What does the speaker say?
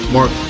Mark